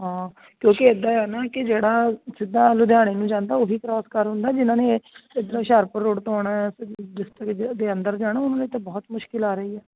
ਹਾਂ ਕਿਉਂਕਿ ਇੱਦਾਂ ਆ ਨਾ ਕਿ ਜਿਹੜਾ ਜਿੱਦਾਂ ਲੁਧਿਆਣੇ ਨੂੰ ਜਾਂਦਾ ਉਹੀ ਕਰੋਸ ਕਰ ਹੁੰਦਾ ਜਿਹਨਾਂ ਨੇ ਇੱਧਰੋਂ ਹੁਸ਼ਿਆਰਪੁਰ ਰੋਡ ਤੋਂ ਆਉਣਾ ਡਿਸਟਰਿਕ ਦੇ ਅੰਦਰ ਜਾਣਾ ਉਹਨਾਂ ਲਈ ਤਾਂ ਬਹੁਤ ਮੁਸ਼ਕਿਲ ਆ ਰਹੀ ਆ